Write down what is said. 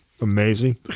Amazing